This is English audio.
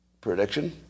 prediction